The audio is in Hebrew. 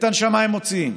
את הנשמה הם מוציאים.